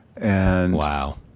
Wow